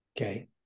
Okay